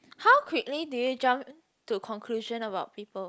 how quickly do you jump to conclusion about people